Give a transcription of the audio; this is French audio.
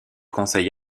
conseil